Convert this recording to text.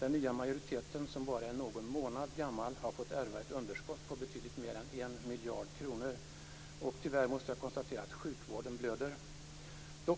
Den nya majoriteten som bara är någon månad gammal har fått ärva ett underskott på betydligt mer än 1 miljard kronor, och tyvärr måste jag konstatera att sjukvården blöder.